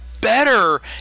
better